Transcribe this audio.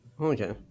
Okay